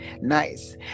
Nice